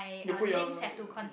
you put your l~